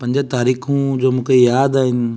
पंज तारीख़ूं जो मूंखे यादि आहिनि